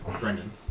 Brendan